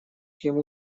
ему